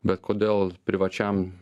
bet kodėl privačiam